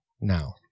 now